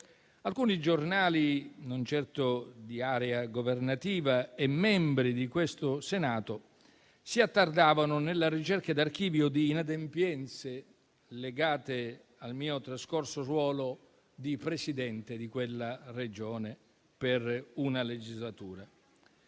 alcuni giornali - non certo di area governativa - e membri di questo Senato si attardavano nella ricerca di archivio di inadempienze legate al mio trascorso ruolo di Presidente di quella Regione per una legislatura.